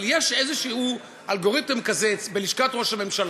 אבל יש איזשהו אלגוריתם כזה בלשכת ראש הממשלה,